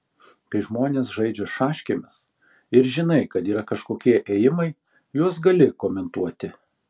kai žmonės žaidžia šaškėmis ir žinai kad yra kažkokie ėjimai juos gali komentuoti